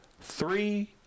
three